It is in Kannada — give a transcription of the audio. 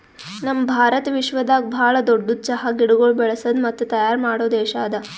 ನಮ್ ಭಾರತ ವಿಶ್ವದಾಗ್ ಭಾಳ ದೊಡ್ಡುದ್ ಚಹಾ ಗಿಡಗೊಳ್ ಬೆಳಸದ್ ಮತ್ತ ತೈಯಾರ್ ಮಾಡೋ ದೇಶ ಅದಾ